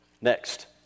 Next